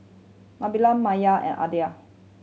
Nabila Maya and Aidil